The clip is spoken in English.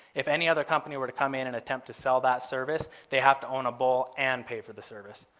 if any other company were to come in and attempt to sell that service. they have to own a bull and pay for the service,